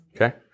Okay